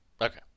Okay